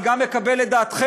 אני גם מקבל את דעתכם: